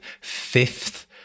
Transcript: fifth